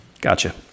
gotcha